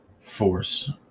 force